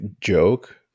joke